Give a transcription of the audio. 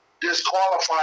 disqualified